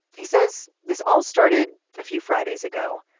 he says this all started a few fridays ago.